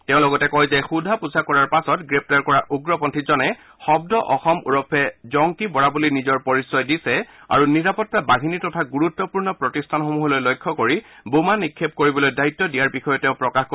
তেওঁ লগতে কয় যে সোধা পোছা কৰাৰ পাছত গ্ৰেপ্তাৰ কৰা উগ্ৰপন্থীজনে শব্দ অসম ওৰফে জংকী বৰা বুলি নিজৰ পৰিচয় দিছে আৰু নিৰাপত্তা বাহিনী তথা গুৰুত্বপূৰ্ণ প্ৰতিষ্ঠানসমূহলৈ লক্ষ্য কৰি বোমা নিক্ষেপ কৰিবলৈ দায়িত্ব দিয়াৰ বিষয়েও প্ৰকাশ কৰে